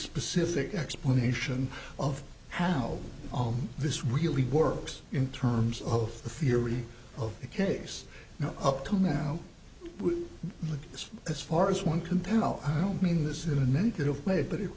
specific explanation of how this really works in terms of the theory of the case you know up to now as far as one can tell i don't mean this in a negative way but it